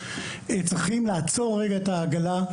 צריכים לעצור רגע את העגלה.